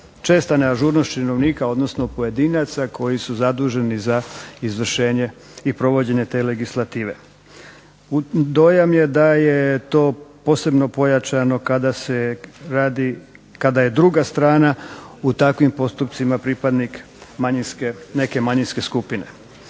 česta neažurnost činovnika odnosno pojedinaca koji su zaduženi za izvršenje i provođenje te legislative. Dojam je da je to posebno pojačano kada je druga strana u takvim postupcima pripadnik neke manjinske skupine.